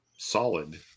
Solid